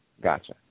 Gotcha